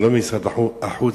ולא במשרד החוץ,